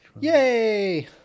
Yay